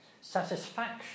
Satisfaction